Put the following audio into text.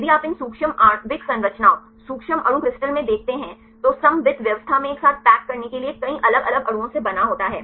यदि आप इन सूक्ष्म आणविक संरचनाओं सूक्ष्म अणु क्रिस्टल में देखते हैं तो सममित व्यवस्था में एक साथ पैक करने के लिए कई अलग अलग अणुओं से बना होता है